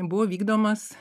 buvo vykdomas